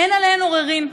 אין עליהן עוררין.